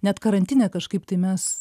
net karantine kažkaip tai mes